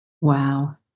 Wow